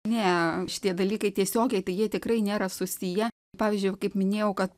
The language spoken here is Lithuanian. ne šitie dalykai tiesiogiai tai jie tikrai nėra susiję pavyzdžiui kaip minėjau kad